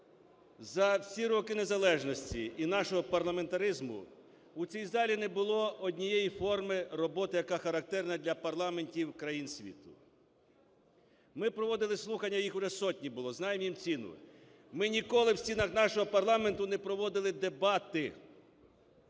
За всі роки незалежності і нашого парламентаризму у цій залі не було однієї форми роботи, яка характерна для парламентів країн світу. Ми проводили слухання, їх уже сотні було, знаємо їм ціну. Ми ніколи в стінах нашого парламенту не проводили дебати.